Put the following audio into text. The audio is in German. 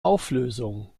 auflösung